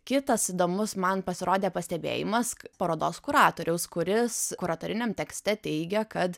kitas įdomus man pasirodė pastebėjimas parodos kuratoriaus kuris kuratoriniam tekste teigia kad